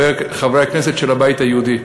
חברי הכנסת של הבית היהודי,